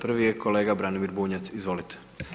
Prvi je kolega Branimir Bunjac, izvolite.